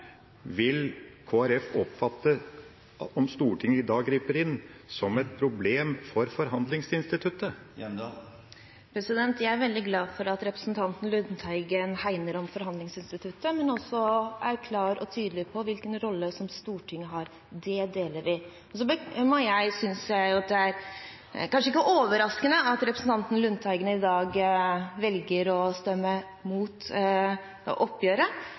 vil Kristelig Folkeparti oppfatte det som et problem for forhandlingsinstituttet om Stortinget i dag griper inn? Jeg er veldig glad for at representanten Lundteigen hegner om forhandlingsinstituttet, men også er klar og tydelig på hvilken rolle Stortinget har. Det deler vi. Så må jeg si at det kanskje ikke er overraskende at representanten Lundteigen i dag velger å stemme imot oppgjøret.